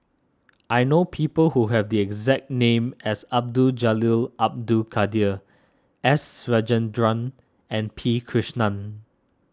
I know people who have the exact name as Abdul Jalil Abdul Kadir S Rajendran and P Krishnan